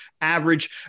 average